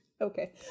okay